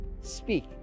speak